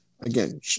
again